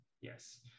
Yes